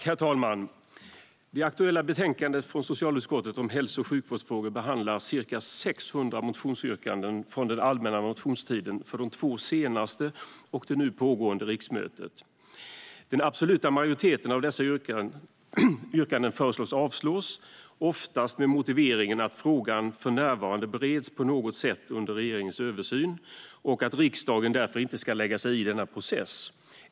Herr talman! Det aktuella betänkandet från socialutskottet om hälso och sjukvårdsfrågor behandlar ca 600 motionsyrkanden från den allmänna motionstiden för de två senaste och det nu pågående riksmötet. Den absoluta majoriteten av dessa yrkanden föreslås avslås, oftast med motiveringen att frågan för närvarande bereds på något sätt under regeringens översyn och att riksdagen därför inte ska lägga sig i denna process.